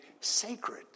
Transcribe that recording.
sacred